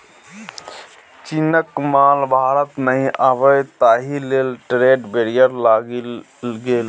चीनक माल भारत नहि आबय ताहि लेल ट्रेड बैरियर लागि गेल